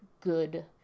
good